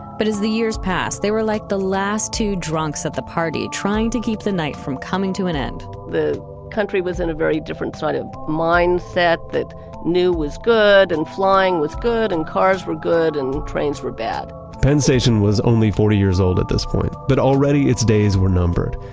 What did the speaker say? but as the years passed, they were like the last two drunks at the party trying to keep the night from coming to an end the country was in a very different side of mindset that new was good and flying with good and cars were good and trains were bad penn station was only forty years old at this point, but already its days were numbered.